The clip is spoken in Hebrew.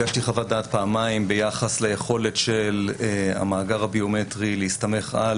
פעמיים ביחס ליכולת של המאגר הביומטרי להסתמך על